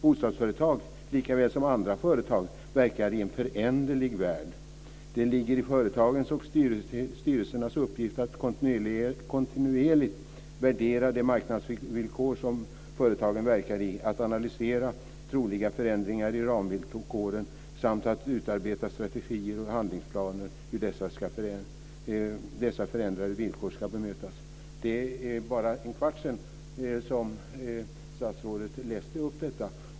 Bostadsföretag, likväl som andra företag, verkar i en föränderlig omvärld. Det ligger i företagens och styrelsernas uppgift att kontinuerligt värdera de marknadsvillkor som företagen verkar i, att analysera troliga förändringar i ramvillkoren samt att utarbeta strategier och handlingsplaner för hur dessa förändrade villkor ska bemötas." Det är bara en kvart sedan som statsrådet läste upp detta.